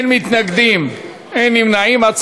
אין מתנגדים, אין נמנעים.